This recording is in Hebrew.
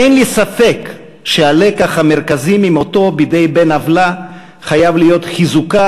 אין לי ספק שהלקח המרכזי ממותו בידי בן-עוולה חייב להיות חיזוקה